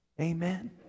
Amen